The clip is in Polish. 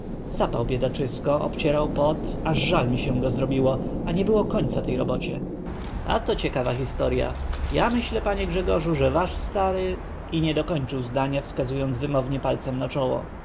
sapał biedaczysko obcierał pot aż żal mi się go zrobiło a nie było końca tej robocie a to ciekawa historya ja myślę panie grzegorzu że wasz stary i nie dokończył zdania wskazując wymownie palcem na czoło